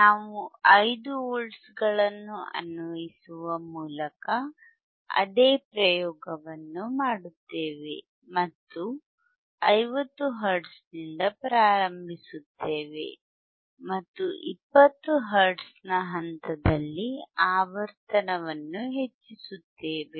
ನಾವು 5 ವೋಲ್ಟ್ ಗಳನ್ನು ಅನ್ವಯಿಸುವ ಮೂಲಕ ಅದೇ ಪ್ರಯೋಗವನ್ನು ಮಾಡುತ್ತೇವೆ ಮತ್ತು 50 ಹರ್ಟ್ಜ್ನಿಂದ ಪ್ರಾರಂಭಿಸುತ್ತೇವೆ ಮತ್ತು 20 ಹರ್ಟ್ಜ್ನ ಹಂತದಲ್ಲಿ ಆವರ್ತನವನ್ನು ಹೆಚ್ಚಿಸುತ್ತೇವೆ